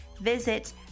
Visit